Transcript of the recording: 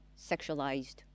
sexualized